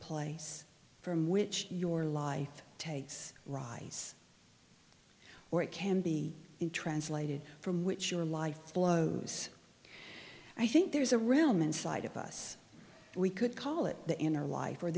place from which your life takes rise or it can be in translated from which your life flows i think there's a room inside of us we could call it the inner life or